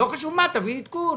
לא חשוב מה, תביא עדכון.